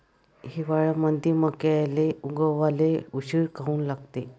हिवाळ्यामंदी मक्याले उगवाले उशीर काऊन लागते?